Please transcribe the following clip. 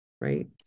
right